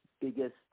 biggest